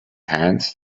hands